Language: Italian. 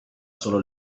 solo